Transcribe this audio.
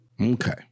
Okay